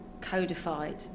codified